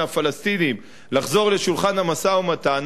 לחזור לשולחן המשא-ומתן,